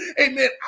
Amen